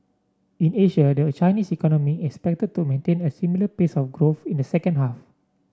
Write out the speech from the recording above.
in Asia the Chinese economy is expected to maintain a similar pace of growth in the second half